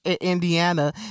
Indiana